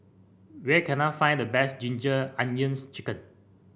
where can I find the best Ginger Onions chicken